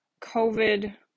COVID